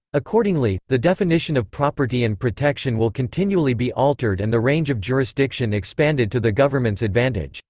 accordingly, the definition of property and protection will continually be altered and the range of jurisdiction expanded to the government's advantage.